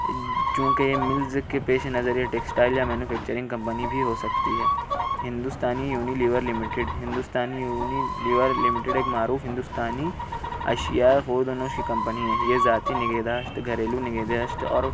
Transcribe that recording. چوں کہ ملز کے پیش نظر یہ ٹیکسٹائل یا مینوفیکچرنگ کمپنی بھی ہو سکتی ہے ہندوستانی یونیلیور لمیٹیڈ ہندوستانی یونیلیور لمیٹیڈ ایک معروف ہندوستانی اشیائے خورد و نوش کی کمپنی ہے یہ ذاتی نگہداشت گھریلو نگہداشت اور